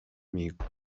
imihigo